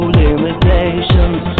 limitations